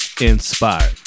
inspired